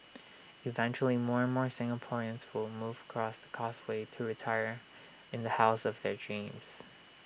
eventually more and more Singaporeans will move across the causeway to retire in the house of their dreams